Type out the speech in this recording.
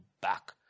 back